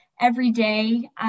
everyday